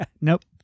Nope